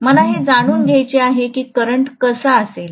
मला हे जाणून घ्यायचे आहे की करंट कसा असेल